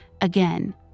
Again